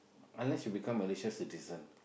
unless you become Malaysia citizen